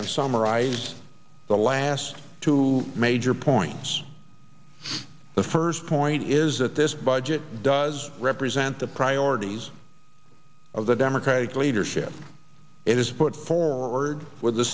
and summarize the last two major points the first point is that this budget does represent the priorities of the democratic leadership it is put forward